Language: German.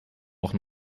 auch